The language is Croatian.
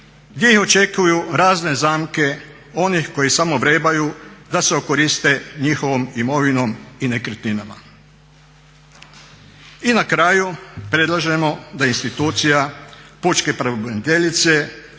gdje ih očekuju razne zamke onih koji samo vrebaju da se okoriste njihovom imovinom i nekretninama. I na kraju predlažemo da institucija pučke pravobraniteljice